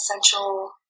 essential